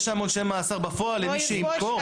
יש שם עונשי מאסר בפועל למי שימכור.